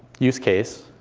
use case,